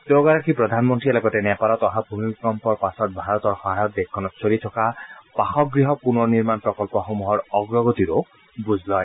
দুয়োগৰাকী প্ৰধানমন্ত্ৰীয়ে লগতে নেপালত অহা ভূমিকম্পৰ পাছত ভাৰতৰ সহায়ত দেশখনত চলি থকা বাসগৃহ পুনৰ নিৰ্মাণ প্ৰকল্পসমূহৰ অগ্ৰগতিৰো বুজ লয়